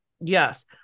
Yes